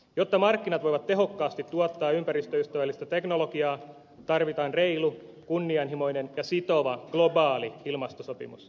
jotta markkinat voivat tehokkaasti tuottaa ympäristöystävällistä teknologiaa tarvitaan reilu kunnianhimoinen ja sitova globaali ilmastosopimus